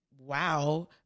Wow